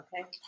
Okay